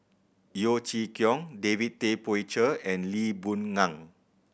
Yeo Chee Kiong David Tay Poey Cher and Lee Boon Ngan